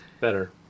better